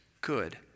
good